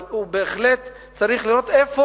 אבל בהחלט צריך לראות איפה